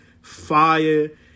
fire